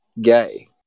gay